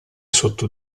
sotto